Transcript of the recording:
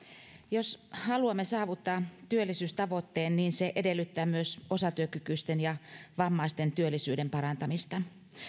jos haluamme saavuttaa työllisyystavoitteen niin se edellyttää myös osatyökykyisten ja vammaisten työllisyyden parantamista